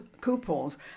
coupons